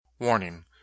Warning